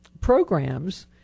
programs